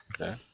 Okay